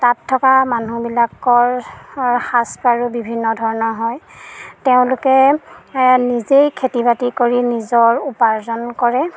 তাত থকা মানুহবিলাকৰ সাজপাৰো বিভিন্নধৰণৰ হয় তেওঁলোকে নিজেই খেতি বাতি কৰি নিজৰ উপাৰ্জন কৰে